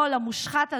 לא, המושחת הזה,